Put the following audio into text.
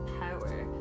power